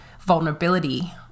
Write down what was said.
vulnerability